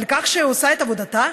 על כך שהיא עושה את עבודתה?